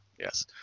Yes